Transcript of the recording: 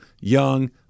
Young